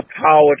power